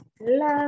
love